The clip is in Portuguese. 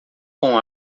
com